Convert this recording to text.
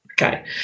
Okay